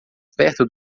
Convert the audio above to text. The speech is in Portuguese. perto